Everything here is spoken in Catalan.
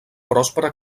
pròspera